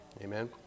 Amen